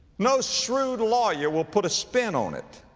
no shrewd lawyer will put a spin on it.